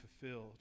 fulfilled